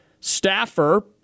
staffer